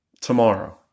tomorrow